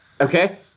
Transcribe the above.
Okay